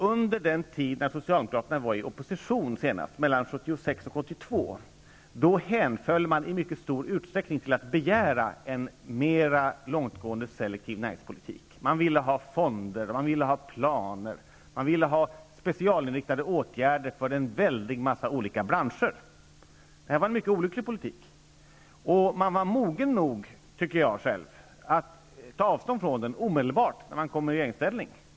Under den tid då socialdemokraterna senast var i opposition, mellan 1976 och 1982, hemföll man i mycket stor utsträckning åt att begära en mer långtgående selektiv näringspolitik. Man ville ha fonder, man ville ha planer, man ville ha specialinriktade åtgärder för en väldig mängd olika branscher. Detta var en mycket olycklig politik, och socialdemokraterna var -- det tycker jag själv -- mogna nog att omedelbart ta avstånd från den när de kom i regeringsställning.